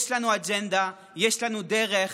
יש לנו אג'נדה, יש לנו דרך,